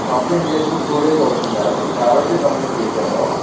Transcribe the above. complaint చేసి కూడా two days అవుతోంది మేడం మీకు ఆరోజే కంప్లైంట్ చేసాను